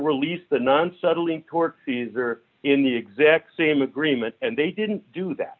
release the non settling court fees are in the exact same agreement and they didn't do that